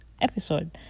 episode